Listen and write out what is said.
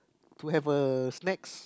to have a snacks